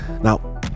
Now